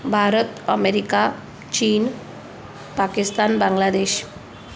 Bharat America चीन पाकिस्तान बांगलादेश